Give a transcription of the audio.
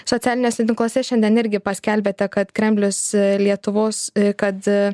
socialiniuose tinkluose šiandien irgi paskelbėte kad kremlius lietuvos kad